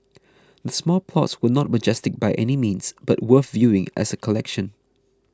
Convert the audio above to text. the small plots were not majestic by any means but worth viewing as a collection